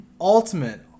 ultimate